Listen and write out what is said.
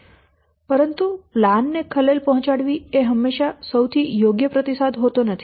પરંતુ પ્લાન ને ખલેલ પહોંચાડવી એ હંમેશાં સૌથી યોગ્ય પ્રતિસાદ હોતો નથી